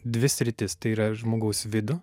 dvi sritis tai yra žmogaus vidų